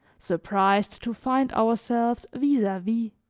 surprised to find ourselves vis-a-vis.